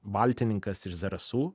valtininkas iš zarasų